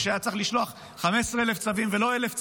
ושהיה צריך לשלוח 15,000 צווים ולא 1,000 צווים.